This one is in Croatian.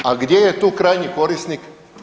A gdje je tu krajnji korisnik?